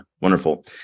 Wonderful